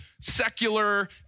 secular